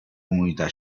comunità